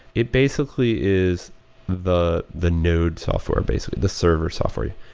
it basically is the the node software basically, the server software.